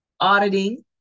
Auditing